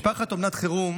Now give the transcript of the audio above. משפחת אומנת חירום